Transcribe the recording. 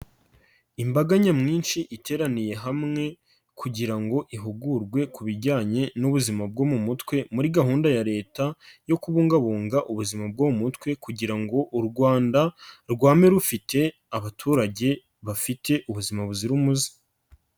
Imbaga nyamwinshi iteraniye hamwe, kugira ngo ihugurwe ku bijyanye n'ubuzima bwo mu mutwe muri gahunda ya leta yo kubungabunga ubuzima bwo mu mutwe kugira ngo u Rwanda, rwame rufite abaturage bafite ubuzima buzira umuze.